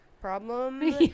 Problem